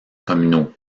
communaux